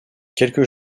quelques